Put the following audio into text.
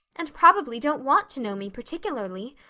and probably don't want to know me particularly.